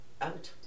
out